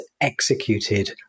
executed